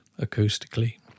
acoustically